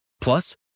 Plus